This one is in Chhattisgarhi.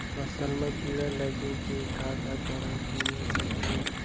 फसल म कीड़ा लगे के का का कारण ह हो सकथे?